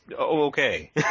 okay